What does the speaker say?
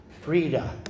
Frida